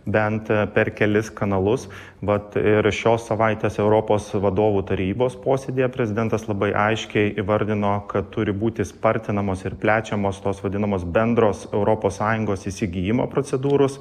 bent per kelis kanalus vat ir šios savaitės europos vadovų tarybos posėdyje prezidentas labai aiškiai įvardino kad turi būti spartinamos ir plečiamos tos vadinamos bendros europos sąjungos įsigijimo procedūros